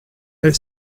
elle